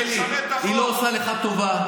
מלכיאלי, היא לא עושה לך טובה,